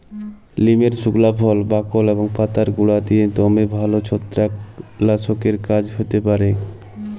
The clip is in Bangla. লিমের সুকলা ফল, বাকল এবং পাতার গুঁড়া দিঁয়ে দমে ভাল ছত্রাক লাসকের কাজ হ্যতে পারে